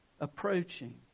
approaching